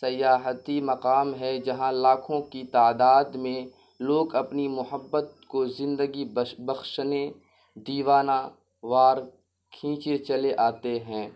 سیاحتی مقام ہے جہاں لاکھوں کی تعداد میں لوگ اپنی محبت کو زندگی بخشنے دیوانہ وار کھنچے چلے آتے ہیں